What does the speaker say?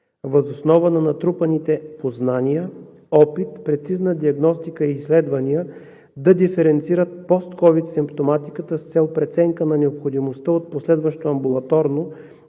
въз основа на натрупаните познания, опит, прецизна диагностика и изследвания да диференцират Post-Covid симптоматиката с цел преценка за необходимостта от последващо амбулаторно